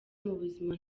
mubuzima